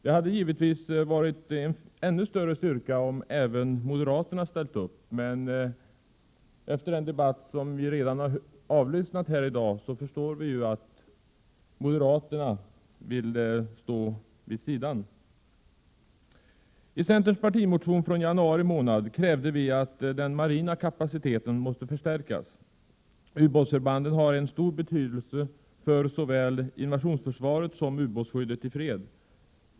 Det hade givetvis varit en ännu större styrka om även moderaterna hade ställt upp. Men av den debatt som vi i dag har kunnat lyssna till förstår vi ju att moderaterna vill stå vid sidan om. I centerns partimotion från januari månad krävde vi att den marina kapaciteten måste förstärkas. Ubåtsförbanden har en stor betydelse för såväl invasionsförsvaret som ubåtsskyddet i fred.